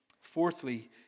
Fourthly